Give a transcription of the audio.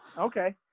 Okay